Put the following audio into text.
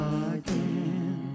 again